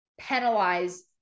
penalize